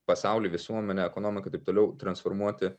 pasaulį visuomenę ekonomiką kaip toliau transformuoti